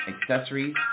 accessories